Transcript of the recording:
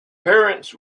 parents